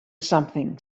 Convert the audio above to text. something